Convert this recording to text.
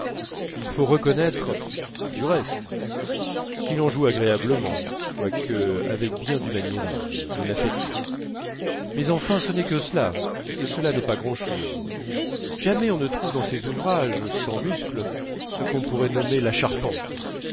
il faut reconnaître du reste qu'il en joue agréablement quoique avec bien du maniérisme de l'afféterie mais enfin ce n'est que cela et cela n'est pas grand'chose jamais on ne trouve dans ses ouvrages sans muscles ce qu'on pourrait nommer la charpente